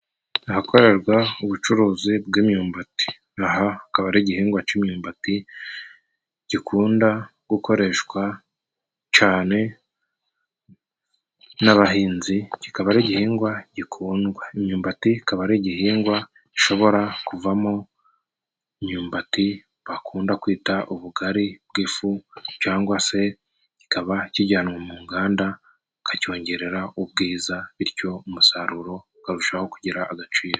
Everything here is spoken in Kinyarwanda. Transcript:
Ahakorerwa ubucuruzi bw'imyumbati aha kaba ari igihingwa c'imyumbati gikunda gukoreshwa cane n'abahinzi kikaba ari igihingwa gikundwa. Imyumbati ikaba ari igihingwa gishobora kuvamo imyumbati bakunda kwita ubugari bw'ifu cangwa se kikaba kijyanwa mu nganda ukacyongerera ubwiza bityo umusaruro ukarushaho kugira agaciro.